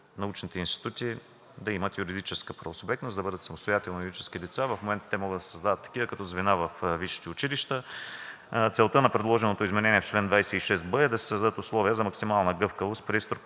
научните институти да имат юридическа правосубектност, да бъдат самостоятелни юридически лица. В момента те могат да създават такива като звена във висшите училища. Целта на предложеното изменение в чл. 26б е да се създадат условия за максимална гъвкавост при